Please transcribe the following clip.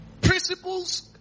Principles